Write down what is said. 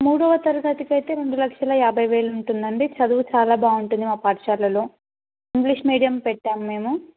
మూడవ తరగతికి అయితే రెండు లక్షల యాభై వేలు ఉంటుందండి చదువు చాలా బాగుంటుంది మా పాఠశాలలో ఇంగ్లీష్ మీడియం పెట్టాం మేము